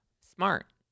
smart